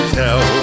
tell